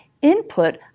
input